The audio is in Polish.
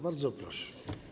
Bardzo proszę.